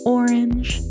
orange